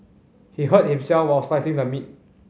he hurt himself while slicing the meat